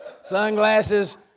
Sunglasses